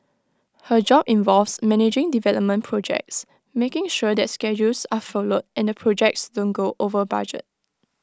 her job involves managing development projects making sure that schedules are followed and the projects don't go over budget